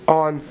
on